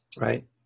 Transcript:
Right